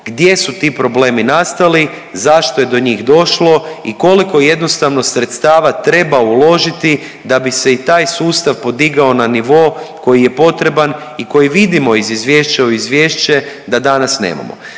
gdje su ti problemi nastali, zašto je do njih došlo i koliko jednostavno sredstva treba uložiti da bi se i taj sustav podigao na nivo koji je potreban i koji vidimo iz izvješća u izvješća da danas nemamo.